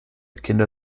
kinder